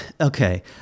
Okay